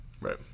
Right